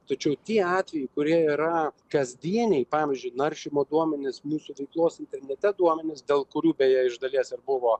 tačiau tie atvejai kurie yra kasdieniai pavyzdžiui naršymo duomenys mūsų veiklos internete duomenys dėl kurių beje iš dalies ir buvo